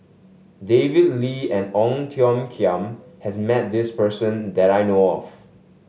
David Lee and Ong Tiong Khiam has met this person that I know of